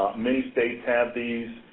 many states have these.